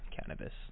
cannabis